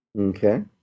Okay